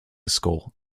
school